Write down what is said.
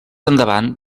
endavant